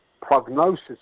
prognosis